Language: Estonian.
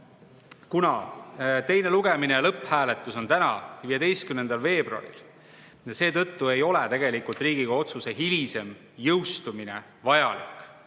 kuna teine lugemine ja lõpphääletus on täna, 15. veebruaril, ei ole tegelikult Riigikogu otsuse hilisem jõustumine vajalik